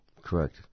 Correct